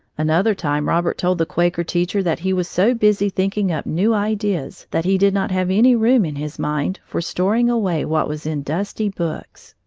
another time robert told the quaker teacher that he was so busy thinking up new ideas that he did not have any room in his mind for storing away what was in dusty books!